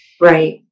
Right